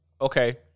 Okay